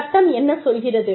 சட்டம் என்ன சொல்கிறது